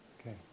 Okay